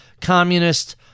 communist